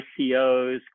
ICOs